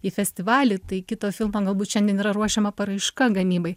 į festivalį tai kito filmo galbūt šiandien yra ruošiama paraiška gamybai